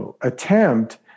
attempt